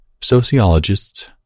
Sociologists